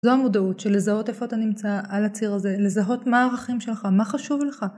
זו המודעות של לזהות איפה אתה נמצא על הציר הזה, לזהות מה הערכים שלך, מה חשוב לך.